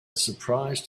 surprised